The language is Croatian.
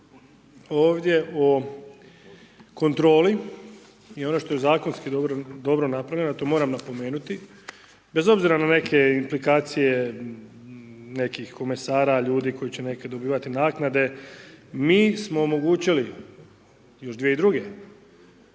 ovdje o kontroli, i ono što je zakonski dobro napravljeno, a to moram napomenuti, bez obzira na neke implikacije nekih komesara ljudi koji će neki dobivati naknade, mi smo omogućili još 2002. a sada